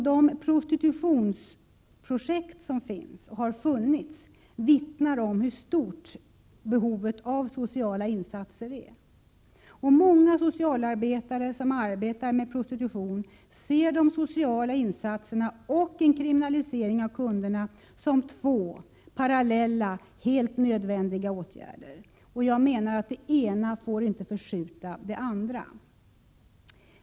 De prostitutionsprojekt som finns och har funnits vittnar om hur stort behovet av sociala insatser är. Många socialarbetare som arbetar med prostitution ser de sociala insatserna och en kriminalisering av kunderna som två nödvändiga parallella åtgärder. Jag menar att det ena inte får förskjuta det andra.